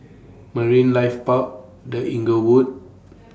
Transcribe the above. Marine Life Park The Inglewood